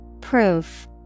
Proof